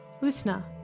Listener